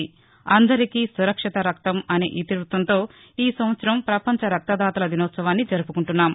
అందరికీ సురక్షిత రక్తం అనే ఇతివృత్తంతో ఈ సంవత్సరం ప్రపంచ రక్తదాతల దినోత్సవాన్ని జరుపుకుంటున్నాం